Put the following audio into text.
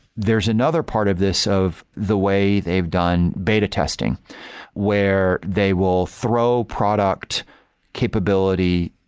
there's another part of this of the way they've done beta testing where they will throw products capability.